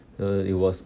uh it was